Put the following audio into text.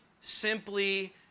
simply